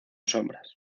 sombras